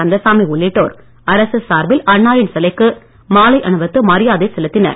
கந்தசாமி உள்ளிட்டோர் அரசு சார்பில் அன்னாரின் சிலைக்கு மாலை அணிவித்து மரியாதை செலுத்தினர்